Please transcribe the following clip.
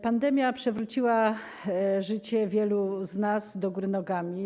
Pandemia przewróciła życie wielu z nas do góry nogami.